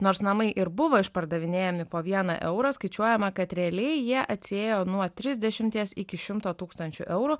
nors namai ir buvo išpardavinėjami po vieną eurą skaičiuojama kad realiai jie atsiėjo nuo trisdešimties iki šimto tūkstančių eurų